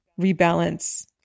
rebalance